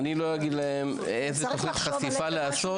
טוב, אני לא אגיד להם איזה חשיפה לעשות.